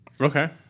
Okay